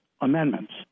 amendments